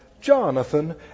Jonathan